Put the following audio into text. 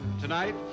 tonight